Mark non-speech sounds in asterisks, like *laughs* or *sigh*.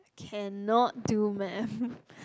cannot do math *laughs*